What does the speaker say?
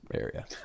area